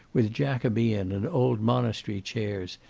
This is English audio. with jacobean and old monastery chairs,